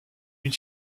une